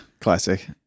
classic